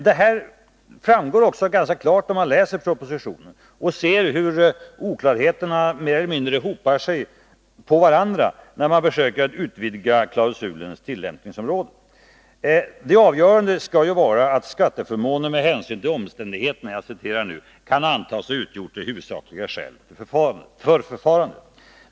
Det här framgår också ganska klart när man läser propositionen och ser hur oklarheterna mer eller mindre hopar sig på varandra vid försöken att utvidga klausulens tillämpningsområde. Det avgörande skall vara att ”skatteförmånen med hänsyn till omständigheterna kan antas ha utgjort det huvudsakliga skälet för förfarandet”.